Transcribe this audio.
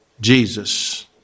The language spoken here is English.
Jesus